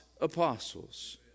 apostles